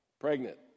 Pregnant